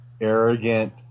arrogant